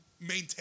maintain